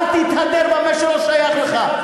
אל תתהדר במה שלא שייך לך.